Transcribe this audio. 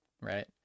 right